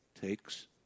takes